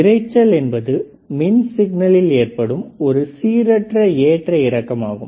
இரைச்சல் என்பது மின் சிக்னலில் ஏற்படும் ஒரு சீரற்ற ஏற்ற இறக்கம் ஆகும்